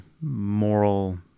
moral